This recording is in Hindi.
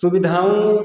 सुविधाओं